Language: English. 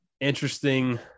Interesting